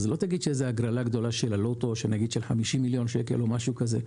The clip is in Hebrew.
זאת לא הגרלה גדולה של 50 מיליון שקל בלוטו,